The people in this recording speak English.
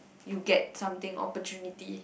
you get something opportunity